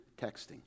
texting